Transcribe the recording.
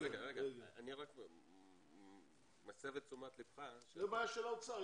אני רק מסב את תשומת ליבך --- זו בעיה של האוצר,